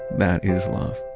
that is love